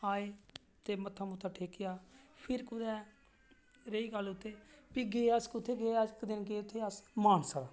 आऽ ते मत्था टेकेआ ते फिर कुदै रेही गल्ल उत्थें ते फ्ही गे अस कुत्थें गे अस गे अस मानसर